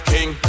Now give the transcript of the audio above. King